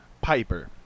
Piper